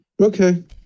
Okay